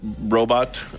robot